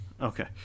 Okay